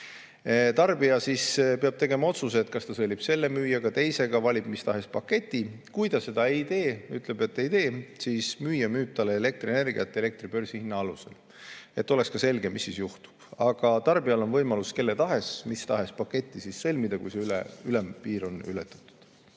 Tarbija peab tegema otsuse, kas ta sõlmib selle müüjaga või teisega, valib mis tahes paketi. Kui ta seda ei tee, ütleb, et ei tee, siis müüja müüb talle elektrienergiat elektri börsihinna alusel. Et oleks selge, mis siis juhtub. Aga tarbijal on võimalus kellega tahes mis tahes pakett sõlmida, kui see ülempiir on ületatud.